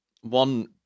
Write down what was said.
one